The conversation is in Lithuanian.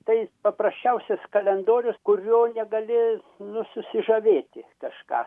tai paprasčiausias kalendorius kurio negali nu susižavėti kažką